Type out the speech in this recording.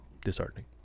disheartening